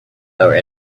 our